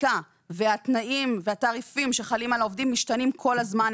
החקיקה והתנאים והתעריפים שחלים על העובדים משתנים כל הזמן.